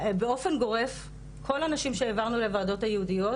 באופן גורף כל הנשים שהעברנו לוועדות הייעודיות,